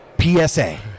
PSA